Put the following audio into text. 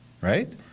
right